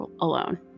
alone